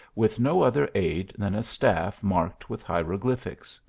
with no other aid than a staff marked with hieroglyphics.